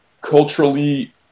culturally